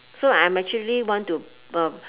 so I am actually want to uh